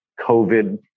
COVID